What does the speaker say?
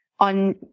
on